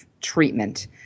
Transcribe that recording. treatment